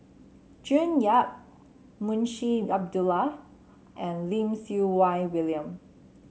June Yap Munshi Abdullah and Lim Siew Wai William